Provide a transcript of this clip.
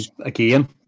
again